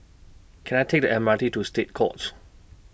Can I Take The M R T to State Courts